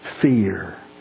Fear